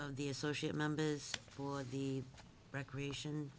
of the associate members for the recreation